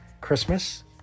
Christmas